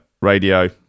Radio